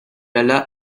alla